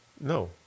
No